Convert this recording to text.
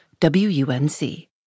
WUNC